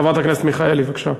חברת הכנסת מיכאלי, בבקשה.